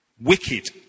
wicked